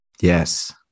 Yes